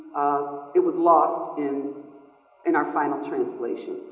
it was lost in in our final translation.